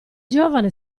giovane